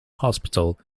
hospital